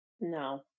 no